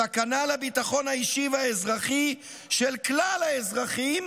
סכנה לביטחון האישי והאזרחי של כלל האזרחים,